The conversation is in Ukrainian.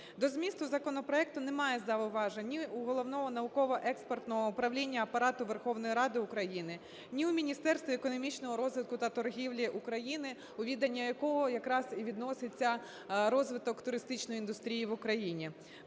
До змісту законопроекту немає зауважень ні у Головного науково-експертного управління Апарату Верховної Ради України, ні у Міністерства економічного розвитку та торгівлі України, у відання якого якраз і відноситься розвиток туристичної індустрії в Україні.